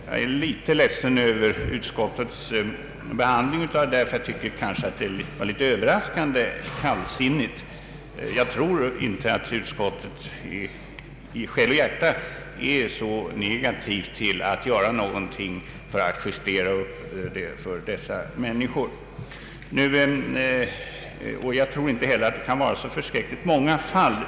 Jag är litet ledsen över utskottets be handling av detta ärende. Den var överraskande kallsinnig. Jag tror inte att utskottet i själ och hjärta är så negativt till att göra någonting för att justera upp livräntorna för dessa människor. Jag tror inte heller att det kan gälla så förskräckligt många fall.